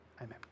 Amen